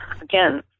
again